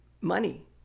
money